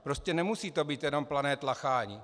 Prostě nemusí to být pouze plané tlachání.